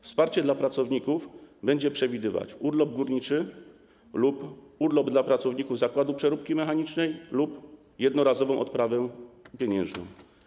Wsparcie dla pracowników będzie przewidywać urlop górniczy lub urlop dla pracowników zakładu przeróbki mechanicznej, lub jednorazową odprawę pieniężną.